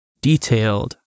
detailed